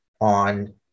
on